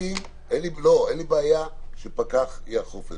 אין לי בעיה שפקח יאכוף.